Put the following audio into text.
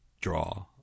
draw